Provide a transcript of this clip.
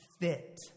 fit